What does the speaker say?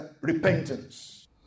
repentance